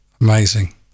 Amazing